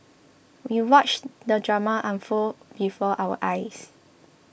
we watched the drama unfold before our eyes